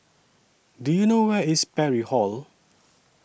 Do YOU know Where IS Parry Hall